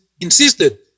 insisted